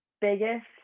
biggest